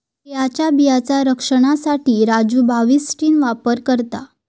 तिळाच्या बियांचा रक्षनासाठी राजू बाविस्टीन वापर करता